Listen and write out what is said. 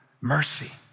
mercy